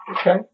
Okay